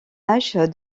âge